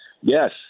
Yes